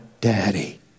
daddy